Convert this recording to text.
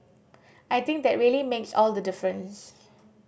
I think that really makes all the difference